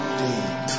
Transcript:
deep